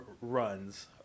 runs